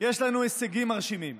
יש לנו הישגים מרשימים: